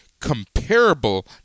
Comparable